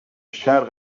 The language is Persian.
شرق